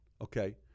Okay